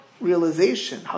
realization